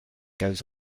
goes